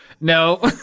No